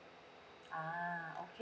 ah okay